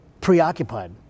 preoccupied